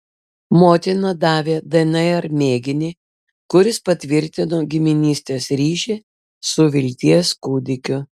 motina davė dnr mėginį kuris patvirtino giminystės ryšį su vilties kūdikiu